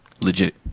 Legit